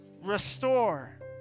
Restore